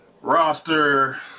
roster